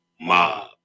Mob